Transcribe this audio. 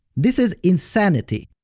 this is insanity.